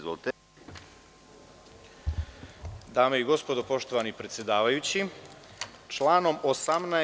Dame i gospodo, poštovani predsedavaju, članom 17.